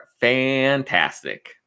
fantastic